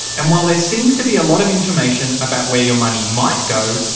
and while there seems to be a lot of information about where your money might go,